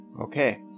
Okay